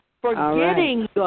forgetting